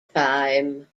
time